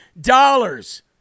dollars